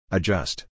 Adjust